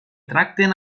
tracten